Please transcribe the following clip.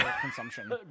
consumption